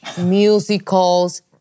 musicals